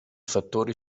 fattori